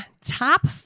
Top